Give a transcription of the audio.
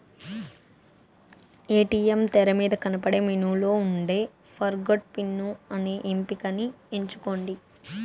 ATM తెరమీద కనబడే మెనూలో ఉండే ఫర్గొట్ పిన్ అనే ఎంపికని ఎంచుకోండి